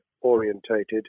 orientated